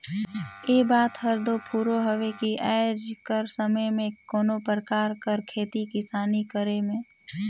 ए बात हर दो फुरों हवे कि आएज कर समे में कोनो परकार कर खेती किसानी करे में